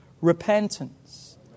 repentance